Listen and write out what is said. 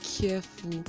careful